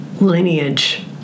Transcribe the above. lineage